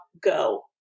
go